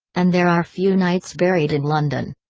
and there are few knights buried in london.